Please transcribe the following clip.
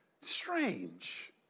strange